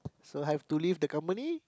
so I have to leave the company